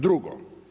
Drugo.